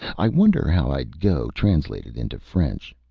i wonder how i'd go translated into french?